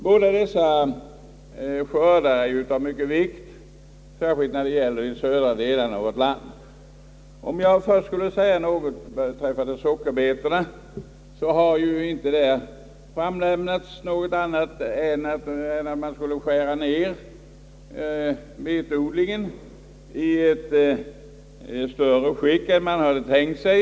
Båda dessa områden har ju mycket stor betydelse särskilt i de södra delarna av vårt land. Om jag först säger några ord beträffande sockerbetsodlingen, så har ingenting annat framkommit än att den skulle skäras ned kraftigare än man hade tänkt sig.